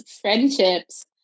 friendships